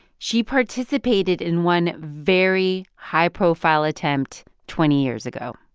she participated in one very high-profile attempt twenty years ago